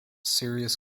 serious